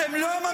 לא.